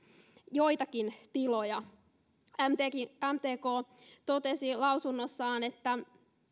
joitakin tiloja mtk totesi lausunnossaan että